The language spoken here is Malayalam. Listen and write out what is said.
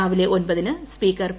രാവിലെ ഒമ്പതിന് സ്പീക്കർ പി